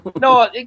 no